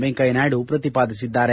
ವೆಂಕಯ್ಲನಾಯ್ಲು ಪ್ರತಿಪಾದಿಸಿದ್ದಾರೆ